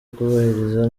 kubahiriza